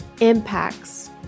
impacts